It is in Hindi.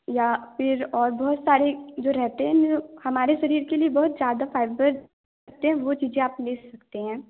या फिर और बहुत सारे जो रहते हैं हमारे शरीर के लिए बहुत ज़्यादा फाइबर रहते हैं वह चीज़ें आप ले सकते हैं